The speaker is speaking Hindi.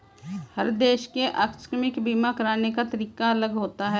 हर देश के आकस्मिक बीमा कराने का तरीका अलग होता है